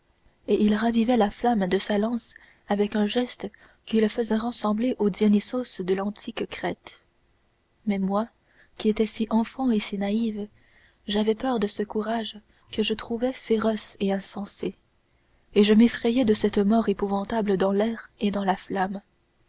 et il ravivait la flamme de sa lance avec un geste qui le faisait ressembler au dionysos de l'antique crète mais moi qui étais si enfant et si naïve j'avais peur de ce courage que je trouvais féroce et insensé et je m'effrayais de cette mort épouvantable dans l'air et dans la flamme